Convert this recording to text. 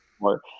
more